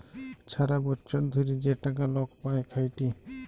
ছারা বচ্ছর ধ্যইরে যে টাকা লক পায় খ্যাইটে